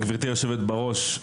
גברתי היושבת-בראש,